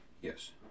Yes